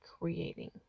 creating